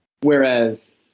Whereas